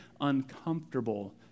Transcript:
uncomfortable